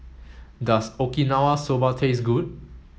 does Okinawa Soba taste good